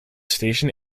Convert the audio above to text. station